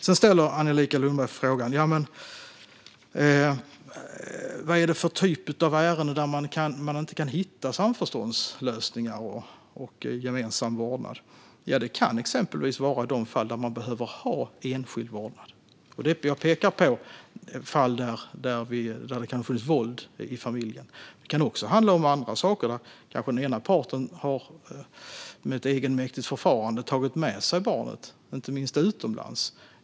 Sedan ställer Angelica Lundberg frågan vad det är för typ av ärenden där man inte kan hitta samförståndslösningar och gemensam vårdnad. Ja, det kan exempelvis vara de fall där man behöver ha enskild vårdnad. Jag pekade på fall där det har funnits våld i familjen; det kan också handla om andra saker. Den ena parten har kanske genom egenmäktigt förfarande tagit med sig barnet, inte minst utomlands.